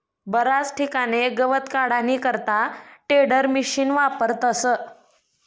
बराच ठिकाणे गवत काढानी करता टेडरमिशिन वापरतस